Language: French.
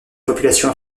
population